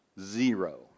zero